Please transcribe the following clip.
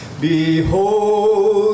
Behold